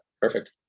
Perfect